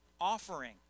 offering